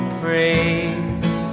praise